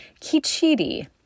Kichidi